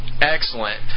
excellent